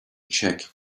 check